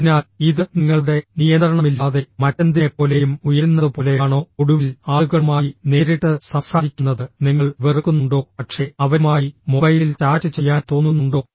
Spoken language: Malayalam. അതിനാൽ ഇത് നിങ്ങളുടെ നിയന്ത്രണമില്ലാതെ മറ്റെന്തിനെപ്പോലെയും ഉയരുന്നതുപോലെയാണോ ഒടുവിൽ ആളുകളുമായി നേരിട്ട് സംസാരിക്കുന്നത് നിങ്ങൾ വെറുക്കുന്നുണ്ടോ പക്ഷേ അവരുമായി മൊബൈലിൽ ചാറ്റ് ചെയ്യാൻ തോന്നുന്നുണ്ടോ